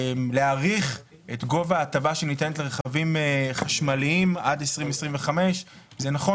להאריך את גובה ההטבה שניתנת לרכבים חשמליים עד 2025. זה נכון